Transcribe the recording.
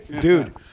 Dude